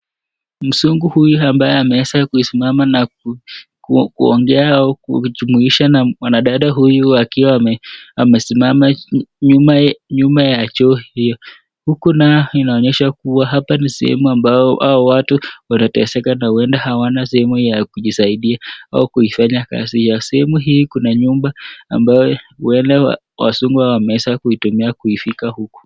Mzungu huyu ambaye ameweza kusimama na kuongea au kujumuisha na mwanadada huyu akiwa amesimama nyuma ya choo hiyo. Huku nayo inaonyesha kuwa hapa ni sehemu ambayo hawa watu wanateseka na huenda hawana sehemu ya kujisaidia au kuifanyia kazi yao. Sehemu hii kuna nyumba ambayo wale wazungu hawa wameweza kuitumia kuifika huku.